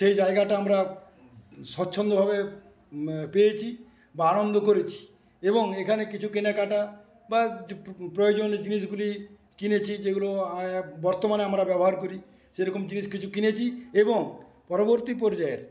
সেই জায়গাটা আমরা স্বচ্ছন্দভাবে পেয়েছি বা আনন্দ করেছি এবং এখানে কিছু কেনাকাটা বা প্রয়োজনীয় জিনিসগুলি কিনেছি যেগুলো বর্তমানে আমরা ব্যবহার করি সেরকম জিনিস কিছু কিনেছি এবং পরবর্তী পর্যায়ের